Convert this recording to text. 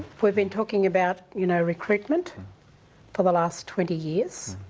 we've been talking about, you know, recruitment for the last twenty years,